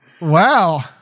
Wow